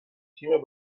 تیم